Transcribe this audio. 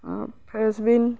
french bean